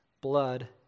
blood